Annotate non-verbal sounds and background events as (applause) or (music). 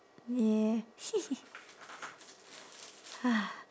ya hee hee (noise)